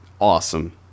awesome